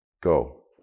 go